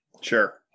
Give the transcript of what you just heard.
Sure